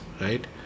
right